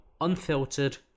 unfiltered